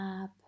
up